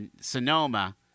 Sonoma